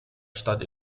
statt